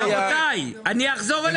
רבותיי, אני אחזור אליכם.